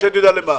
השד יודע למה.